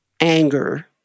anger